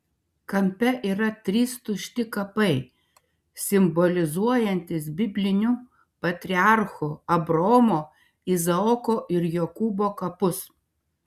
kampe yra trys tušti kapai simbolizuojantys biblinių patriarchų abraomo izaoko ir jokūbo kapus